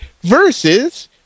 versus